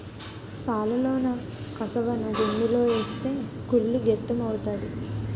సాలలోన కసవను గుమ్మిలో ఏస్తే కుళ్ళి గెత్తెము అవుతాది